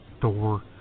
door